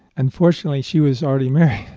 unfortunately, she was already married,